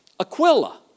Aquila